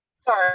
Sorry